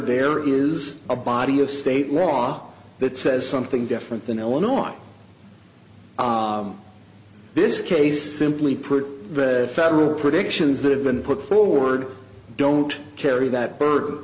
there is a body of state law that says something different than illinois this case simply put federal predictions that have been put forward don't carry that burden